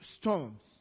storms